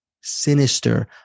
sinister